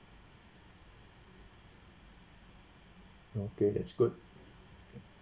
okay that's good okay